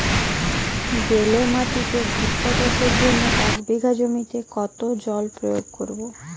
বেলে মাটিতে ভুট্টা চাষের জন্য এক বিঘা জমিতে কতো জল প্রয়োগ করব?